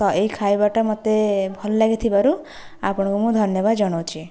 ଏଇ ଖାଇବାଟା ମୋତେ ଭଲ ଲାଗିଥିବାରୁ ଆପଣଙ୍କୁ ମୁଁ ଧନ୍ୟବାଦ ଜଣାଉଛି